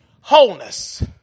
wholeness